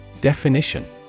Definition